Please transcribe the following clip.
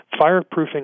fireproofing